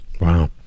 Wow